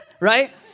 Right